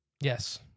Yes